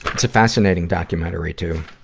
it's a fascinating documentary, too.